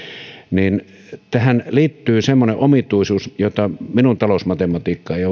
niin tähän liittyy semmoinen omituisuus jota minun talousmatematiikkani